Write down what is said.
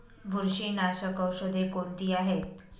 बुरशीनाशक औषधे कोणती आहेत?